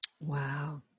Wow